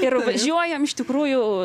ir važiuojam iš tikrųjų